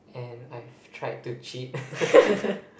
and I've tried to cheat